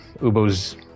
Ubo's